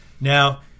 Now